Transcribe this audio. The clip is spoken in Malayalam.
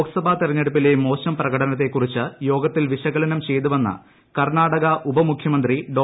ലോക്സഭാ തിരഞ്ഞെടുപ്പിലെ മോശം പ്രകടനത്തെ കുറിച്ച് യോഗത്തിൽ വിശകലനം ചെയ്തുവെന്ന് കർണാടക ഉപമുഖ്യമന്ത്രി ഡോ